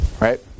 Right